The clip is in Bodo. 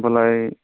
होनबालाय